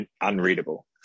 unreadable